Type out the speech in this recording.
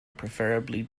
preferably